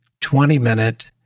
20-minute